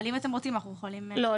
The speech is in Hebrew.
אבל אם אתם רוצים אנחנו יכולים --- לא.